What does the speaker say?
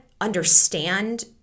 understand